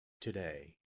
today